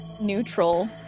neutral